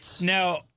Now